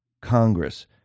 Congress